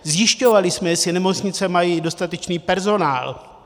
Zjišťovali jsme, jestli nemocnice mají dostatečný personál.